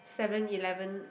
seven eleven